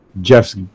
Jeff's